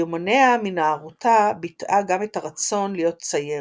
ביומניה מנערותה ביטאה גם את הרצון להיות ציירת.